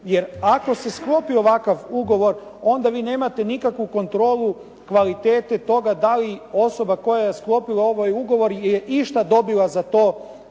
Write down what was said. Jer, ako se sklopi ovakav ugovor onda vi nemate nikakvu kontrolu kvalitete toga da li osoba koja je sklopila ovaj ugovor je išta dobila za to